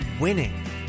winning